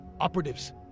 operatives